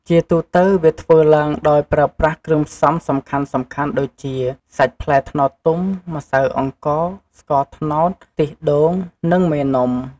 ជាទូទៅវាធ្វើឡើងដោយប្រើប្រាស់គ្រឿងផ្សំសំខាន់ៗដូចជា សាច់ផ្លែត្នោតទុំ ម្សៅអង្ករ ស្ករត្នោត ខ្ទិះដូង និង មេនំ។